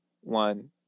one